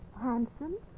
handsome